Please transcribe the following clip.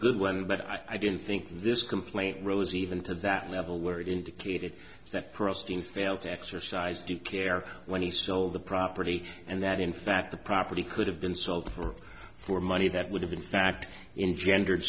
good one but i didn't think this complaint rose even to that level where it indicated that pearlstein failed to exercise due care when he stole the property and that in fact the property could have been sold for money that would have in fact engender